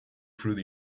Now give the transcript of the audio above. through